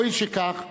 הואיל שכך,